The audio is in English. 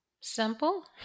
Simple